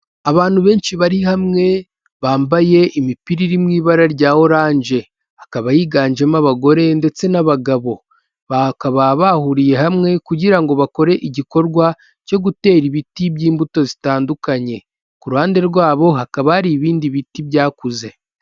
Abantu benshi bari hamwe, bambaye imipira iri mu ibara rya oranje, hakaba yiganjemo abagore ndetse n'abagabo, bakaba bahuriye hamwe kugira ngo bakore igikorwa cyo gutera ibiti by'imbuto zitandukanye, ku ruhande rwabo hakaba hari ibindi biti byakuze.